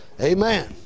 Amen